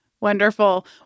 Wonderful